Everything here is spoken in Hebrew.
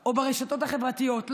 או ברשתות החברתיות.